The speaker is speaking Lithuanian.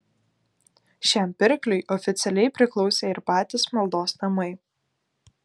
šiam pirkliui oficialiai priklausė ir patys maldos namai